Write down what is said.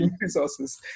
resources